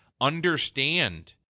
understand